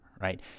Right